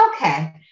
okay